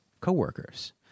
coworkers